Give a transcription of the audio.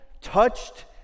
touched